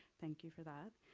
thank you for that.